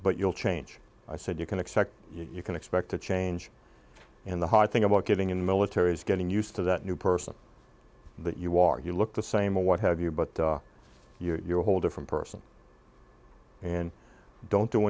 but you'll change i said you can expect you can expect to change and the hard thing about getting in the military is getting used to that new person that you are you look the same or what have you but you're a whole different person and don't do